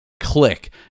click